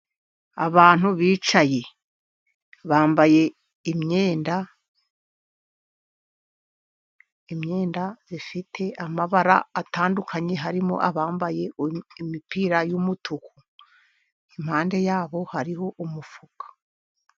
Abantu bicaye bambaye imyenda, imyenda ifite amabara atandukanye harimo abambaye imipira yumutuku, impande yabo hariho umufuka.